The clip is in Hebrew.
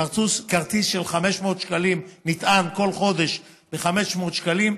כרטיס של 500 שקלים, שנטען כל חודש ב-500 שקלים.